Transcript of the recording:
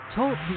Talk